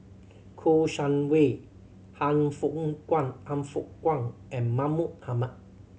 Kouo Shang Wei Han Fook Kwang Han Fook Kwang and Mahmud Ahmad